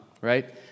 right